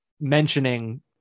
mentioning